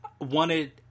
wanted